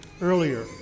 earlier